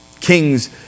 Kings